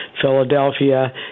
Philadelphia